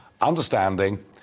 understanding